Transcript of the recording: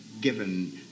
given